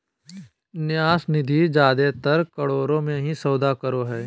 न्यास निधि जादेतर करोड़ मे ही सौदा करो हय